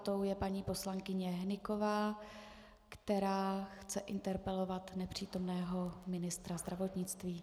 Tou je paní poslankyně Hnyková, která chce interpelovat nepřítomného ministra zdravotnictví.